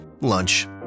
Lunch